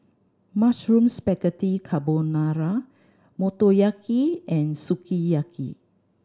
Mushroom Spaghetti Carbonara Motoyaki and Sukiyaki